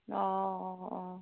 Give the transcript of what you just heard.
অঁ অঁ